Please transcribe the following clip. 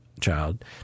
child